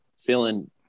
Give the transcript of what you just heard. feeling